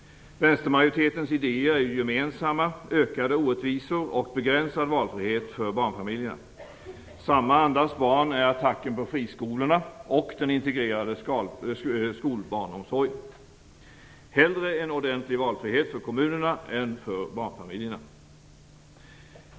Vänstermajoritetens idéer är ju gemensamma - ökade orättvisor och begränsad valfrihet för barnfamiljerna. Samma andas barn är attacken på friskolorna och den integrerade skolbarnomsorgen. Hellre en ordentlig valfrihet för kommunerna än för barnfamiljerna!